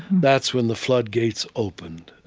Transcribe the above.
that's when the floodgates opened,